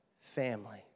family